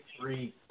three